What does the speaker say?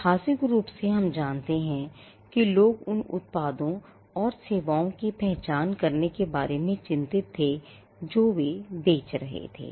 ऐतिहासिक रूप से हम जानते हैं कि लोग उन उत्पादों और सेवाओं की पहचान करने के बारे में चिंतित थे जो वे बेच रहे थे